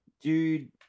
Dude